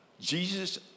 Jesus